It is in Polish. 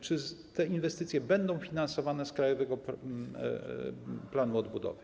Czy te inwestycje będą finansowane z Krajowego Planu Odbudowy?